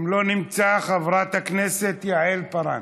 ואם הוא לא נמצא, חברת הכנסת יעל פארן.